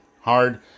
hard